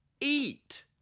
eat